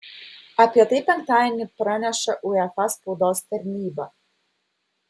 apie tai penktadienį praneša uefa spaudos tarnyba